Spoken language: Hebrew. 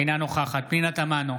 אינה נוכחת פנינה תמנו,